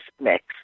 mix